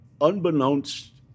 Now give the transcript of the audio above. unbeknownst